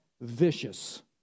vicious